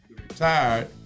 retired